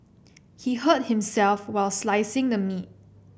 he hurt himself while slicing the meat